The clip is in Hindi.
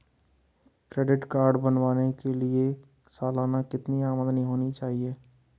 क्रेडिट कार्ड बनाने के लिए सालाना कितनी आमदनी होनी चाहिए?